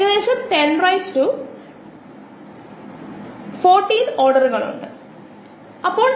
അത്തരം നിരവധി മോഡലുകൾ ഉണ്ട് അവയിൽ ചിലത് നമ്മൾ കാണും